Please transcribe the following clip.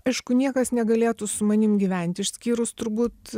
aišku niekas negalėtų su manim gyventi išskyrus turbūt